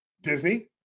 Disney